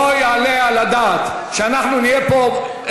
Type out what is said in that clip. לא יעלה על הדעת שאנחנו נהיה פה,